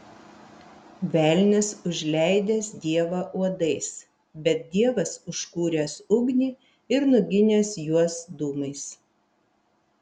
velnias užleidęs dievą uodais bet dievas užkūręs ugnį ir nuginęs juos dūmais